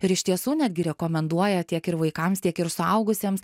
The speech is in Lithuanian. ir iš tiesų netgi rekomenduoja tiek ir vaikams tiek ir suaugusiems